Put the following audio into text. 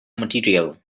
material